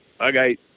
okay